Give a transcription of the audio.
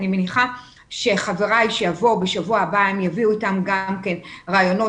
אני מניחה שחבריי שיבואו בשבוע הבא יביאו איתם גם רעיונות,